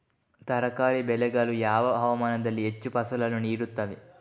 ತರಕಾರಿ ಬೆಳೆಗಳು ಯಾವ ಹವಾಮಾನದಲ್ಲಿ ಹೆಚ್ಚು ಫಸಲನ್ನು ನೀಡುತ್ತವೆ?